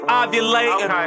ovulating